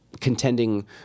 Contending